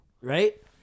Right